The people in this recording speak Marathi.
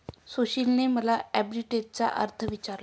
सुशीलने मला आर्बिट्रेजचा अर्थ विचारला